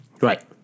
Right